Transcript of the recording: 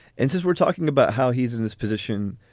and since we're talking about how he's in this position,